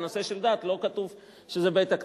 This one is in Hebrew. בנושא של דת לא כתוב שזה בית-הכנסת.